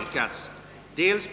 till utskottets hemställan.